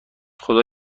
خدا